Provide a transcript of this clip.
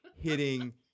hitting